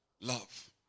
Love